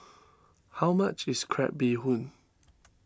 how much is Crab Bee Hoon